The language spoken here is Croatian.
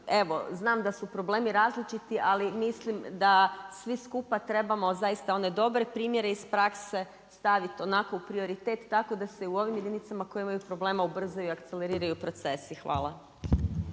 znam da su problemi različiti ali mislim da svi skupa trebamo zaista one dobre primjere iz prakse staviti onako u prioritet tako da se u ovim jedinicama koje imaju problema ubrzaju i akceleriraju procesi. Hvala.